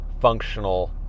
functional